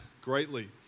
greatly